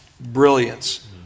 brilliance